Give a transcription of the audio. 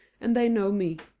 and they know me.